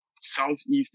Southeast